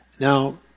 Now